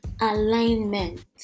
alignment